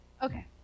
Okay